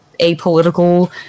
apolitical